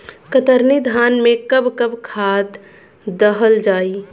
कतरनी धान में कब कब खाद दहल जाई?